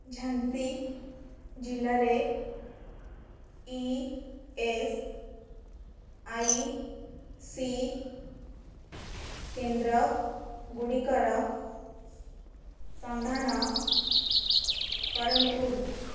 ଝାନ୍ସୀ ଜିଲ୍ଲାରେ E S I C କେନ୍ଦ୍ର ଗୁଡ଼ିକର ସନ୍ଧାନ କରନ୍ତୁ